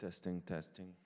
testing testing